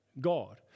God